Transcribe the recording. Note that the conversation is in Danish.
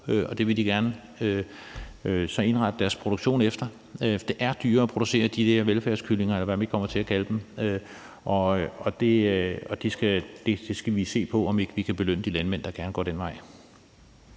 og så gerne indrette deres produktion efter. For det er dyrere at producere de der velfærdskyllinger, eller hvad vi kommer til at kalde dem, og der skal vi se på, om vi ikke kan belønne de landmænd, der gerne går den vej.